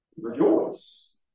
Rejoice